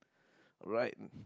alright